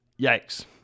Yikes